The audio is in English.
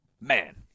Man